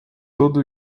todo